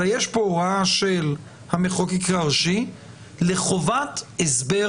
אלא יש פה הוראה של המחוקק הראשי לחובת הסבר